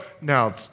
Now